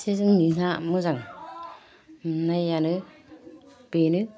जोंनि ना मोजां मोननायानो बेनो